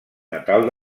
natal